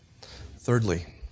Thirdly